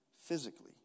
physically